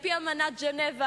על-פי אמנת ז'נבה,